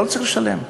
לא צריך לשלם?